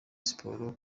siporo